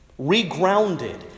regrounded